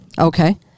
Okay